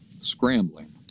scrambling